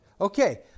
Okay